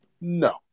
No